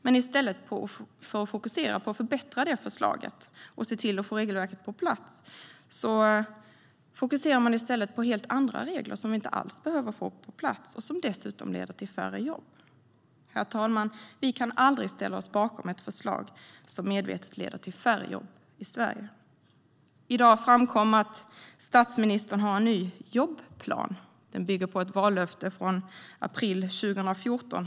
Men i stället för att fokusera på att förbättra detta förslag och se till att få regelverket på plats fokuserar man i stället på helt andra regler som vi inte alls behöver få på plats och som dessutom leder till färre jobb. Herr talman! Vi kan aldrig ställa oss bakom ett förslag som medvetet leder till färre jobb i Sverige. I dag framkom att statsministern har en ny jobbplan. Den bygger på ett vallöfte från april 2014.